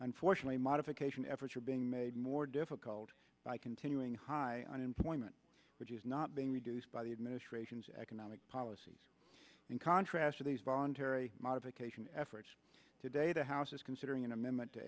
unfortunately modification efforts are being made more difficult by continuing high unemployment which is not being reduced by the administration's economic policies in contrast of these voluntary modification efforts today the house is considering an amendment to